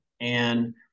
and-